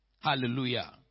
Hallelujah